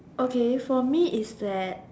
okay for me is that